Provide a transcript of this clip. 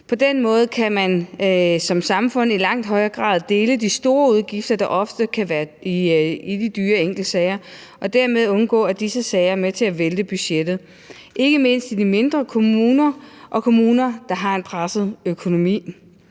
På den måde kan man som samfund i langt højere grad dele de store udgifter, der ofte kan være i de dyre enkeltsager, og dermed undgå, at disse sager er med til at vælte budgettet, ikke mindst i de mindre kommuner og i de kommuner, der har en presset økonomi.